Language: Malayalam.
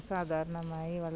അസാധാരണമായി വളരെ